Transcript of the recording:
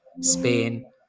Spain